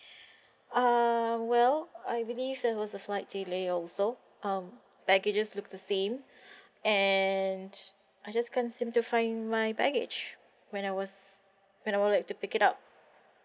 um well I believe there was a flight delay also um baggages looks the same and I just can't seem to find my baggage when I was when I would like to pick it up